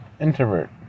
introvert